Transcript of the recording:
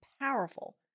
powerful